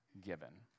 given